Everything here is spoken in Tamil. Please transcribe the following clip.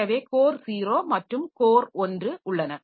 எனவே கோர் 0 மற்றும் கோர் 1 உள்ளன